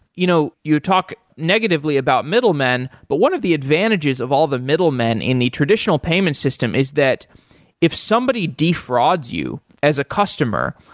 you know you talk negatively about middlemen, but one of the advantages of all the middlemen in the traditional payment system is that if somebody defrauds you as a customer,